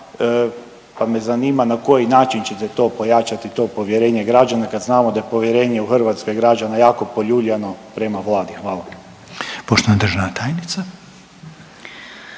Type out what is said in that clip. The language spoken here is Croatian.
pa me zanima na koji način ćete to pojačati to povjerenje građana kad znamo da je povjerenje u Hrvatskoj građana jako poljuljano prema Vladi? Hvala. **Reiner, Željko